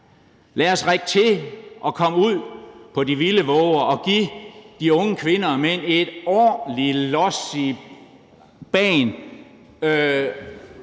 lad os rigge til og komme ud på de vilde vover og give de unge kvinder og mænd et ordentligt los i bagen